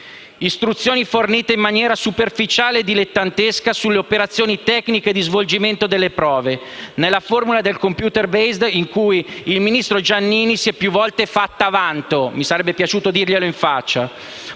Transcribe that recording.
Istruzioni fornite in maniera superficiale e dilettantesca sulle operazioni tecniche di svolgimento delle prove, nella formula *computer-based* di cui il ministro Giannini si è più volte fatta un vanto»